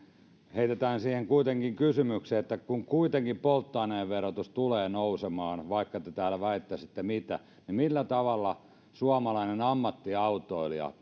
heitetään siihen kuitenkin kysymys kun polttoaineen verotus kuitenkin tulee nousemaan vaikka te täällä väittäisitte mitä niin millä tavalla suomalainen ammattiautoilija